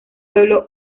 pueblo